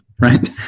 right